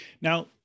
Now